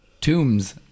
Tombs